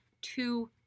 two